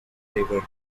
river